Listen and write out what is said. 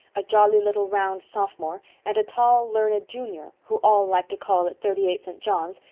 a jolly, little, round sophomore, and a tall, learned junior who all liked to call at thirty-eight, st. john's,